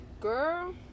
girl